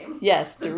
Yes